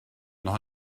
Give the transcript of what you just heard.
noch